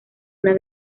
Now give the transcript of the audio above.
una